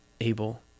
able